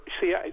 see